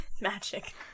Magic